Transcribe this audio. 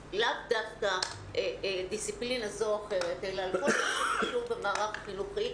שהם לאו דווקא דיסציפלינה כזו או אחרת אלא כל מה שקשור במערך החינוכי,